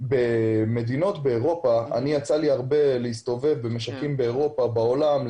יצא לי להסתובב הרבה במשקים באירופה ובעולם.